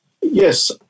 Yes